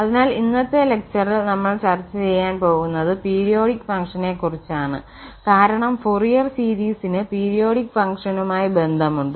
അതിനാൽ ഇന്നത്തെ ലെക്ചറിൽ നമ്മൾ ചർച്ച ചെയ്യാൻ പോകുന്നത് പീരിയോഡിക് ഫങ്ക്ഷനെക്കുറിച്ചാണ് കാരണം ഫോറിയർ സീരീസിന് പീരിയോഡിക് ഫങ്ക്ഷനുമായി ബന്ധം ഉണ്ട്